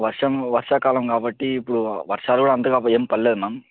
వర్షం వర్షాకాలం కాబట్టి ఇప్పుడు వర్షాలు కూడా అంతగా ఏం పడలేదు మ్యామ్